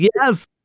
yes